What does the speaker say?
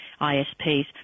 ISPs